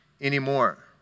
anymore